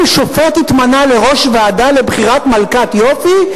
אם שופט התמנה לראש ועדה לבחירת מלכת יופי,